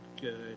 good